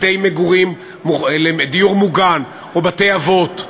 בתי דיור מוגן או בתי-אבות,